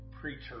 preacher